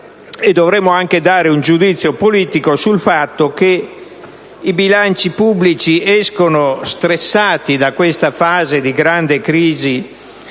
Dovremo anche dare un giudizio politico sul fatto che i bilanci pubblici escono stressati da questa fase di grande crisi